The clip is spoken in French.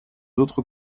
autres